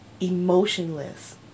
emotionless